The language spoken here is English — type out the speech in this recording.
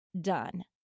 done